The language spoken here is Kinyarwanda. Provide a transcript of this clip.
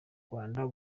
rwanda